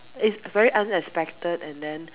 is a very unexpected and then